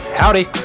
Howdy